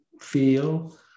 feel